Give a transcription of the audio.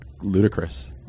ludicrous